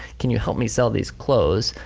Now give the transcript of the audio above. can you help me sell these clothes,